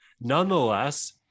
Nonetheless